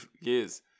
years